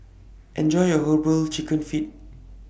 Enjoy your Herbal Chicken Feet